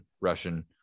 Russian